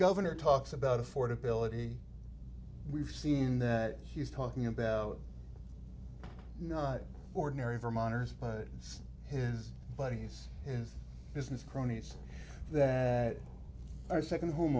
governor talks about affordability we've seen that he's talking about not ordinary vermonters says his buddies and business cronies that are second home